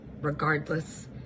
regardless